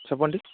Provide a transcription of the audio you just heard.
చెప్పండి